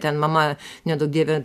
ten mama neduok dieve